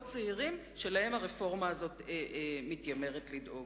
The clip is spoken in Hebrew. צעירים שלהם הרפורמה הזאת מתיימרת לדאוג.